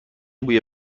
بوی